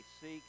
seek